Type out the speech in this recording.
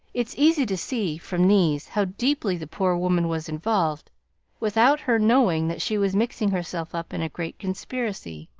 it's easy to see from these how deeply the poor woman was involved without her knowing that she was mixing herself up in a great conspiracy.